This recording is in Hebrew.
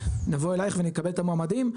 נבוא אליך ונקבל את המועמדים.